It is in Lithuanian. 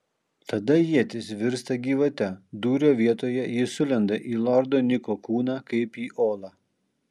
tada ietis virsta gyvate dūrio vietoje ji sulenda į lordo niko kūną kaip į olą